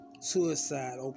suicide